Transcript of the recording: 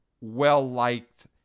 well-liked